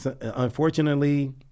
unfortunately